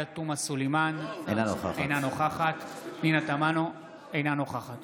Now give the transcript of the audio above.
סלימאן, אינה נוכחת פנינה תמנו, אינה נוכחת